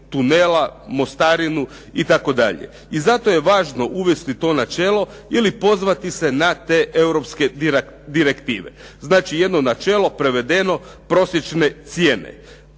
tunela, mostarinu itd. i zato je važno uvesti to načelo ili pozvati se na te europske direktive. Znači, jedno načelo prevedeno prosječne cijene.